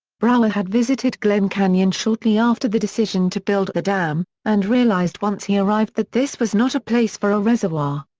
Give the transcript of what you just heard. brower had visited glen canyon shortly after the decision to build the dam, and realized once he arrived that this was not a place for a reservoir.